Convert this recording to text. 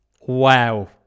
Wow